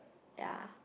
ya